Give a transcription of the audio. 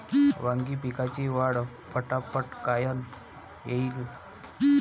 वांगी पिकाची वाढ फटाफट कायनं होईल?